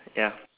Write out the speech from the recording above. ya